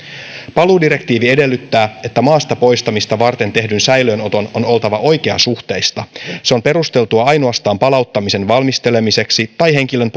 paluudirektiivi edellyttää että maasta poistamista varten tehdyn säilöönoton on oltava oikeasuhteista se on perusteltua ainoastaan palauttamisen valmistelemiseksi tai henkilön